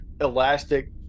elastic